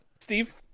Steve